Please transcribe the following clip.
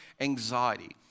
anxiety